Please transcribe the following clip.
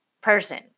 person